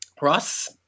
ross